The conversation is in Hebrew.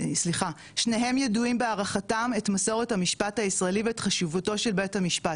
שניהם ידועים בהערכתם את מסורת המשפט הישראלי ואת חשיבותו של בית המשפט,